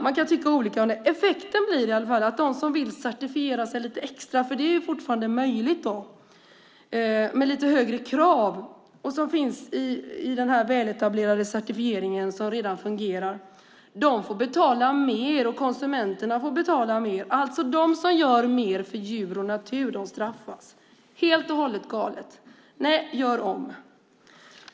Man kan tycka olika om det, men effekten blir i alla fall att de som vill certifiera sig lite extra - det är fortfarande möjligt att göra det - med lite högre krav också får betala mer, och konsumenterna får betala mer. De som gör mer för djur och natur straffas alltså. Det är helt och hållet galet. Nej, gör om!